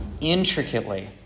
intricately